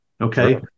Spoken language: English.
Okay